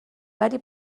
ولی